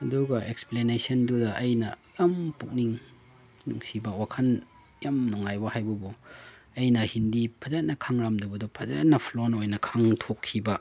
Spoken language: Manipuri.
ꯑꯗꯨꯒ ꯑꯦꯛꯁꯄ꯭ꯂꯦꯟꯅꯦꯁꯟꯗꯨꯗ ꯑꯩꯅ ꯌꯥꯝ ꯄꯨꯛꯅꯤꯡ ꯅꯨꯡꯁꯤꯕ ꯋꯥꯈꯜ ꯌꯥꯝ ꯅꯨꯡꯉꯥꯏꯕ ꯍꯥꯏꯕꯕꯨ ꯑꯩꯅ ꯍꯤꯟꯗꯤ ꯐꯖꯅ ꯈꯪꯂꯝꯗꯕꯗꯣ ꯐꯖꯅ ꯐ꯭ꯂꯨꯋꯦꯟ ꯑꯣꯏꯅ ꯈꯪꯗꯣꯛꯈꯤꯕ